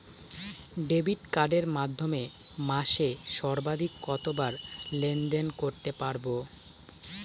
Debit কার্ডের মাধ্যমে মাসে সর্বাধিক কতবার লেনদেন করতে পারবো?